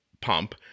pump